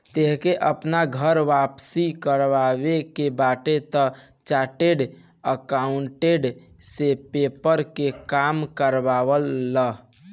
तोहके आपन कर वापसी करवावे के बाटे तअ चार्टेड अकाउंटेंट से पेपर के काम करवा लअ